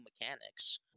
mechanics